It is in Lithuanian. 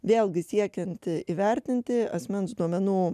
vėlgi siekiant įvertinti asmens duomenų